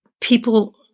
people